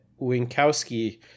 Winkowski